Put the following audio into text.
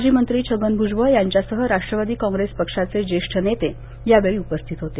माजी मंत्री छगन भ्जबळ यांच्यासह राष्ट्रवादी काँग्रेस पक्षाचे ज्येष्ठ नेते यावेळी उपस्थित होते